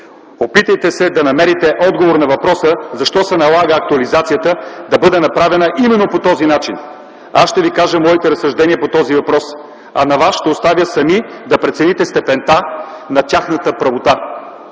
опитайте се да намерите отговор на въпроса: защо се налага актуализацията да бъде направена именно по този начин? Аз ще ви кажа моите разсъждения по този въпрос, а на Вас ще оставя сами да прецените степента на тяхната правота.